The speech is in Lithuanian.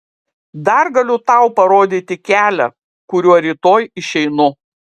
dar galiu tau parodyti kelią kuriuo rytoj išeinu